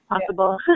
possible